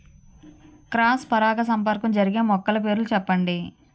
Cross పరాగసంపర్కం జరిగే మొక్కల పేర్లు చెప్పండి?